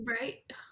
right